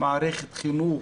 מערכת חינוך,